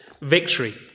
victory